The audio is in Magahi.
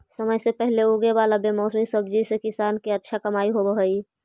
समय से पहले उगे वाला बेमौसमी सब्जि से किसान के अच्छा कमाई होवऽ हइ